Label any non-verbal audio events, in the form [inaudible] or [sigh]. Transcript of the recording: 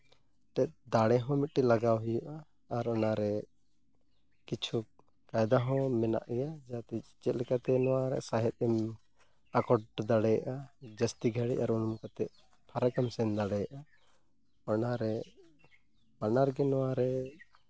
ᱫᱟᱲᱮ ᱦᱚᱸ ᱢᱤᱫᱴᱮᱱ ᱞᱟᱜᱟᱣ ᱦᱩᱭᱩᱜᱼᱟ ᱟᱨ ᱚᱱᱟᱨᱮ ᱠᱤᱪᱷᱩ ᱠᱟᱭᱫᱟ ᱦᱚᱸ ᱢᱮᱱᱟᱜ ᱜᱮᱭᱟ ᱡᱟᱛᱮ ᱪᱮᱫ ᱞᱮᱠᱟᱛᱮ ᱱᱚᱣᱟ ᱥᱟᱦᱮᱸᱫ ᱮᱢ ᱟᱠᱚᱴ ᱫᱟᱲᱮᱭᱟᱜᱼᱟ ᱡᱟᱹᱥᱛᱤ ᱜᱷᱟᱹᱲᱤᱡ [unintelligible] ᱯᱷᱟᱨᱟᱠ ᱮᱢ ᱥᱮᱱ ᱫᱟᱲᱮᱭᱟᱜᱼᱟ ᱚᱱᱟᱨᱮ ᱵᱟᱱᱟᱨ ᱜᱮ ᱚᱱᱟᱨᱮ